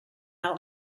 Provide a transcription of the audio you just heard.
out